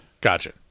Gotcha